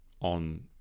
on